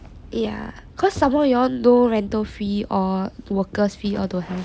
ya cause somemore you all no rental fee or workers fee all don't have